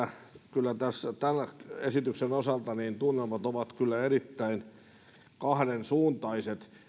kyllä tässä tämän esityksen osalta tunnelmat ovat erittäin kahdensuuntaiset